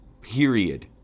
period